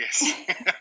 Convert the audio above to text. yes